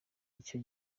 icyo